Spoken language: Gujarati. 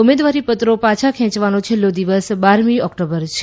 ઉમેદવારીપત્રો પાછા ખેંચવાનો છેલ્લો દિવસ બારમી ઓક્ટોબર છે